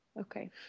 Okay